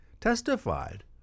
testified